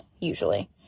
usually